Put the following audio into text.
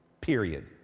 Period